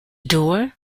door